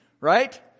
Right